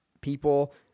people